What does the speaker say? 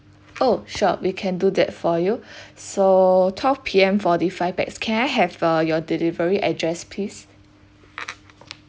oh sure we can do that for you so twelve P_M forty five pax can I have uh your delivery address please